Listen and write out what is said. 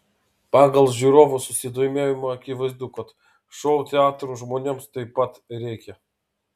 pagal žiūrovų susidomėjimą akivaizdu kad šou teatrų žmonėms taip pat reikia